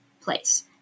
place